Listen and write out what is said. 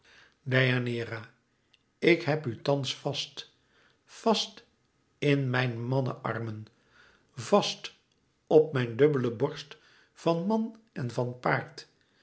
deianeira ik heb u thans vast vast in mijn manne armen vast op mijn dubbele borst van man en van paard